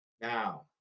Now